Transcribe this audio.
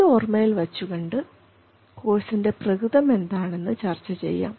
ഇത് ഓർമ്മയിൽ വച്ചുകൊണ്ട് കോഴ്സിൻറെ പ്രകൃതം എന്താണെന്ന് ചർച്ച ചെയ്യാം